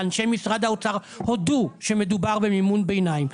אנשי משרד האוצר הודו שמדובר במימון ביניים.